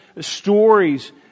stories